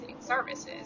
services